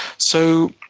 so,